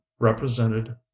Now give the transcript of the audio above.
Represented